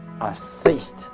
assist